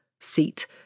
seat